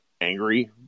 angry